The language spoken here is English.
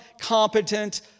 competent